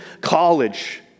college